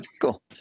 cool